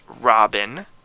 Robin